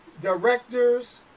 directors